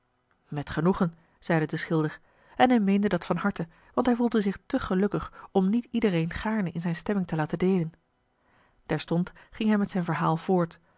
met genoegen zeide de schilder en hij meende dat van harte want hij voelde zich te gelukkig om niet iedereen gaarne in zijn stemming te laten deelen terstond ging hij met zijn verhaal voort